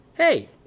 Hey